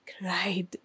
cried